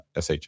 SH